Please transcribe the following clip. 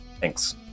Thanks